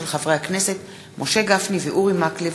של חברי הכנסת משה גפני ואורי מקלב,